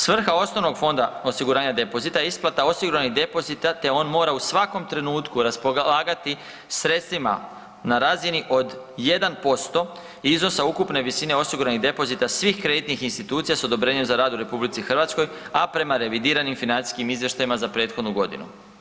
Svrha osnovnog fonda osiguranja depozita je isplata osiguranih depozita te on mora u svakom trenutku raspolagati sredstvima na razini od 1% iznosa ukupne visine osiguranih depozita svih kreditnih institucija s odobrenjem za rad u RH, a prema revidiranim financijskim izvještajima za prethodnu godinu.